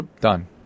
done